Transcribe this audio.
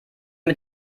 mit